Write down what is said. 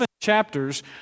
chapters